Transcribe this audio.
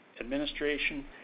Administration